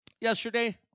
Yesterday